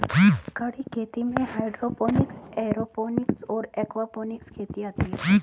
खड़ी खेती में हाइड्रोपोनिक्स, एयरोपोनिक्स और एक्वापोनिक्स खेती आती हैं